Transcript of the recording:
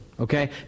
Okay